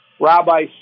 Rabbi